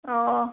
ꯑꯣ